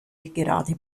gerade